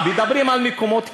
מדברים על מקומות קדושים.